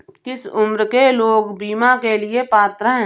किस उम्र के लोग बीमा के लिए पात्र हैं?